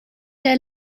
der